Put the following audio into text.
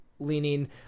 leaning